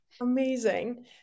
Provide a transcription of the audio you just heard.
amazing